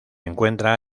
encuentra